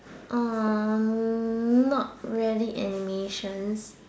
hmm not really animations